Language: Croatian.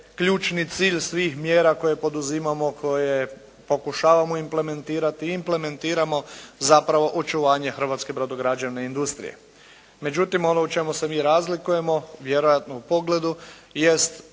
ključni cilj svih mjera koje poduzimamo, koje pokušavamo implementirati i implementiramo zapravo očuvanje hrvatske brodograđevne industrije. Međutim, ono u čemu se mi razlikujemo, vjerojatno u pogledu